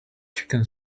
chicken